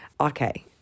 okay